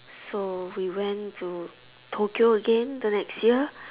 so we went to Tokyo again the next year